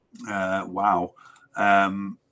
wow